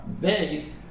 based